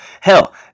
Hell